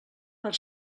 per